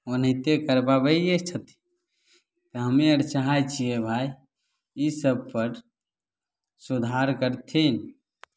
ओनाहिते करबबै छथिन हमे आर चाहैत छियै भाइ ईसब पर सुधार करथिन